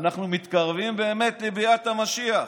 אנחנו מתקרבים באמת לביאת המשיח.